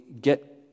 get